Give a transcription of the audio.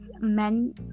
men